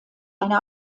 eine